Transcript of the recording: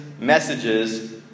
messages